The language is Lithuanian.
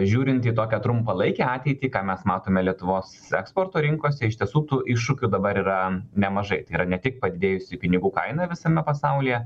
žiūrint į tokią trumpalaikę ateitį ką mes matome lietuvos eksporto rinkose iš tiesų tų iššūkių dabar yra nemažai yra ne tik padidėjusi pinigų kaina visame pasaulyje